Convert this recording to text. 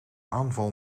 aanval